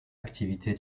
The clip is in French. activité